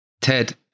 Ted